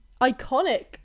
iconic